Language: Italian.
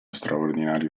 straordinario